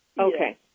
okay